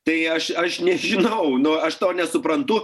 tai aš aš nežinau nu aš to nesuprantu